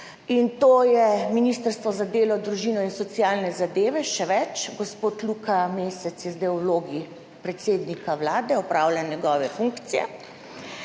in to sta Ministrstvo za delo, družino in socialne zadeve, še več, gospod Luka Mesec je zdaj v vlogi predsednika Vlade, opravlja njegove funkcije,